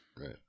Right